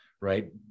right